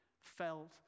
felt